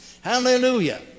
Hallelujah